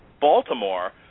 Baltimore